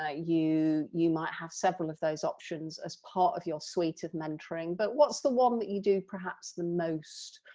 ah you you might have several of those options as part of your suite of mentoring, but what's the one that you do perhaps the most?